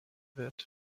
wird